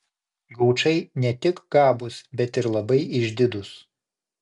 gaučai ne tik gabūs bet ir labai išdidūs